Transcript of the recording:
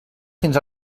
fins